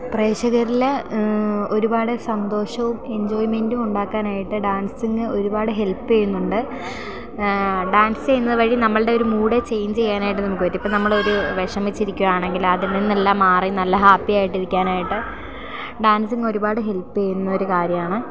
പ്രേക്ഷകരിൽ ഒരുപാട് സന്തോഷവും എഞ്ചോയ്മെൻ്റും ഉണ്ടാക്കാനായിട്ട് ഡാൻസിങ്ങ് ഒരുപാട് ഹെൽപ്പ് ചെയ്യുന്നുണ്ട് ഡാൻസ് ചെയ്യുന്ന വഴി നമ്മളുടെ ഒരു മൂഡേ ചേഞ്ച് ചെയ്യാനായിട്ട് നമുക്ക് പറ്റും ഇപ്പോൾ നമ്മളൊരു വിഷമിച്ചിരിക്കുകയാണെങ്കിൽ അതിൽ നിന്നെല്ലാം മാറി നല്ല ഹാപ്പിയായിട്ട് ഇരിക്കാനായിട്ട് ഡാൻസിങ്ങ് ഒരുപാട് ഹെൽപ്പ് ചെയ്യുന്നൊരു കാര്യമാണ്